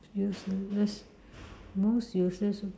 useless most useless